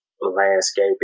landscape